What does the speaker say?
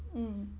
mm